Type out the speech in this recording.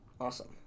Awesome